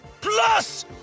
Plus